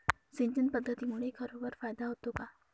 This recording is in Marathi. सिंचन पद्धतीमुळे खरोखर फायदा होतो का?